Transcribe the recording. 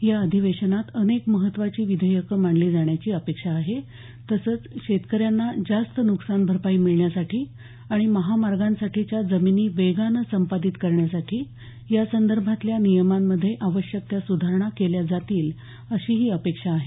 या अधिवेशनात अनेक महत्त्वाची विधेयकं मांडली जाण्याची अपेक्षा आहे तसंच शेतकऱ्यांना जास्त नुकसानभरपाई मिळण्यासाठी आणि महामार्गांसाठीच्या जमिनी वेगानं संपादित करण्यासाठी यासंदर्भातल्या नियमांमध्ये आवश्यक त्या सुधारणा केल्या जातील अशीही अपेक्षा आहे